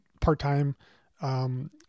part-time